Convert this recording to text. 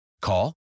Call